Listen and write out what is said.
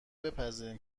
بپذیریم